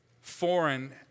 foreign